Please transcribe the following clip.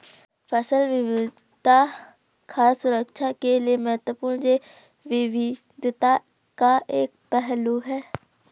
फसल विविधता खाद्य सुरक्षा के लिए महत्वपूर्ण जैव विविधता का एक पहलू है